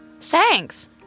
Thanks